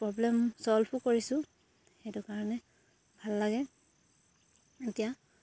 problem solve কৰিছোঁ সেইটো কাৰণে ভাল লাগে এতিয়া